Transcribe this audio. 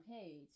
page